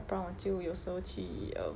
不然我就有时候去 err